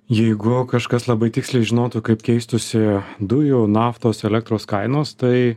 jeigu kažkas labai tiksliai žinotų kaip keistųsi dujų naftos elektros kainos tai